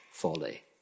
Folly